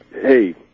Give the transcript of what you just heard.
hey